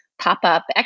pop-up